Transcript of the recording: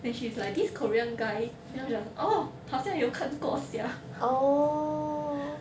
then she's like this korean guy then she was orh 好像有看过 sia